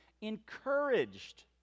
encouraged